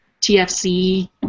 TFC